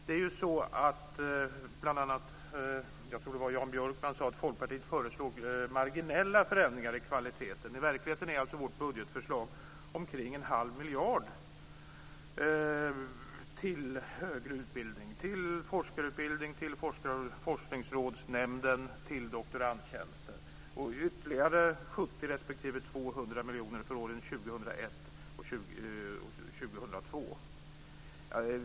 Jag tror att bl.a. Jan Björkman sade att Folkpartiet föreslår marginella förändringar i kvaliteten. I verkligheten innebär vårt budgetförslag omkring en halv miljard till högre utbildning - till forskarutbildning, till Forskningsrådsnämnden och till doktorandtjänster. Det innebär ytterligare 70 respektive 200 miljoner för åren 2001 och 2002.